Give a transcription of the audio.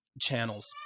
channels